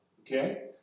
okay